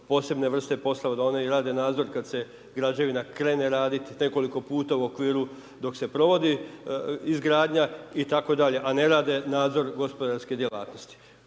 posebne vrste poslova da one i rade nadzor kad se građevina krene raditi i nekoliko puta u okviru dok se provodi izgradnja itd., a ne rade nadzor gospodarske djelatnosti,